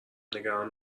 نگران